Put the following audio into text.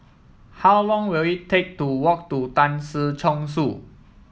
how long will it take to walk to Tan Si Chong Su